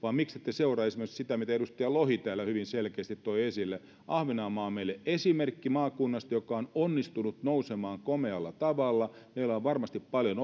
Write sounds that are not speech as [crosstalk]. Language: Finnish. seuraa esimerkiksi sitä mitä edustaja lohi täällä hyvin selkeästi toi esille ahvenanmaa on meille esimerkki maakunnasta joka on onnistunut nousemaan komealla tavalla meillä on varmasti paljon [unintelligible]